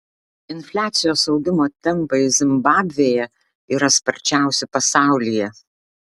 infliacijos augimo tempai zimbabvėje yra sparčiausi pasaulyje